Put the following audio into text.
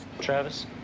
Travis